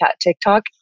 TikTok